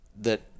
that-